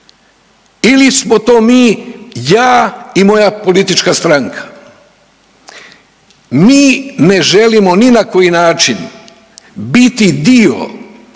ili smo to mi, ja i moja politička stranka? Mi ne želimo ni na koji način biti dio